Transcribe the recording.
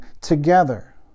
together